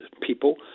people